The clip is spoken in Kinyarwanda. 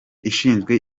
ishinzwe